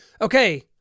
Okay